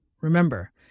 Remember